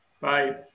Bye